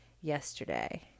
yesterday